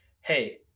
Hey